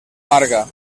marga